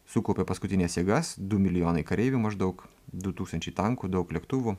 sukaupė paskutines jėgas du milijonai kareivių maždaug du tūkstančiai tankų daug lėktuvų